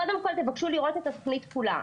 קודם כל תבקשו לראות את התוכנית כולה,